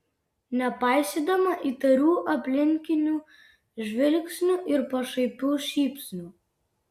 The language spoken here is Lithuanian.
nepaisydama įtarių aplinkinių žvilgsnių ir pašaipių šypsnių